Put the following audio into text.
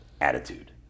Attitude